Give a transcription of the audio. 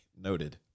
Noted